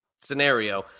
scenario